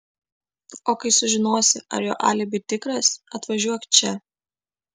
o kai sužinosi ar jo alibi tikras atvažiuok čia